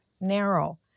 narrow